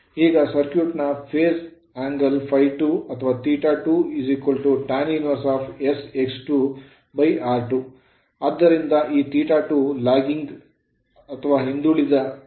ಈಗ ಸರ್ಕ್ಯೂಟ್ ನ phase angle θ2 tan 1s X 2 r2 ಆದ್ದರಿಂದ ಈ θ2 lagging ಹಿಂದುಳಿದಿದೆ